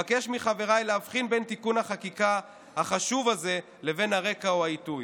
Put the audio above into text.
אבקש מחבריי להבחין בין תיקון החקיקה החשוב הזה לבין הרקע או העיתוי.